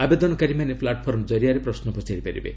ଆବେଦନକାରୀ ମାନେ ପ୍ଲାଟଫର୍ମ ଜରିଆରେ ପ୍ରଶ୍ନ ପଚାରିପାରିବେ